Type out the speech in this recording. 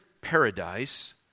paradise